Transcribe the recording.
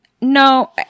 no